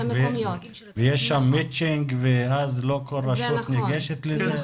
יש שם מצ'ינג ואז לא כל רשות ניגשת לזה.